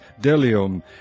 Delium